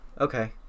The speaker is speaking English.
okay